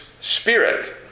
spirit